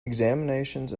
examinations